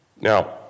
Now